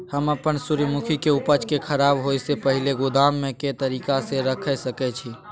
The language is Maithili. हम अपन सूर्यमुखी के उपज के खराब होयसे पहिले गोदाम में के तरीका से रयख सके छी?